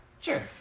sure